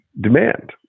demand